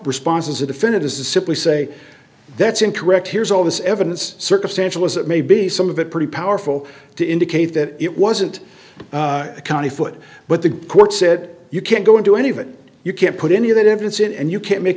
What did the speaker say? responses a definitive to simply say that's incorrect here's all this evidence circumstantial as it may be some of it pretty powerful to indicate that it wasn't a county foot but the court said you can't go into any of it you can't put any of that evidence in and you can't make